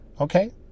okay